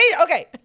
Okay